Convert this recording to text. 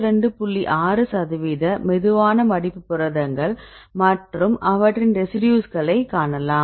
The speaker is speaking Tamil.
6 சதவீத மெதுவான மடிப்பு புரதங்கள் மற்றும் அவற்றின் ரெசிடியூஸ்களைக் காணலாம்